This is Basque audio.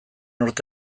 urte